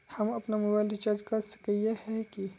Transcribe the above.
हम अपना mobile recharge कर सकय हिये की?